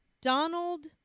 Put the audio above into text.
Donald